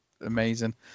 amazing